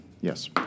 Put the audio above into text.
Yes